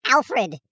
Alfred